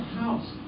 house